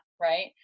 right